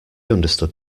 understood